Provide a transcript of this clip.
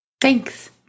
Thanks